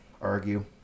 Argue